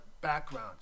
background